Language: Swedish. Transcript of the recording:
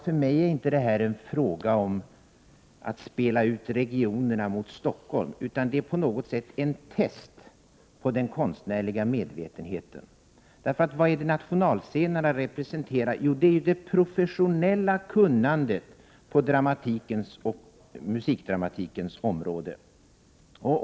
— Förmigär det här inte en fråga om att spela ut regionerna mot Stockholm, utan det är på något sätt ett test på den konstnärliga medvetenheten. Vad är det som nationalscenerna representerar? Jo, det är det professionella kunnandet på dramatikens och musikdramatikens område.